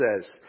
says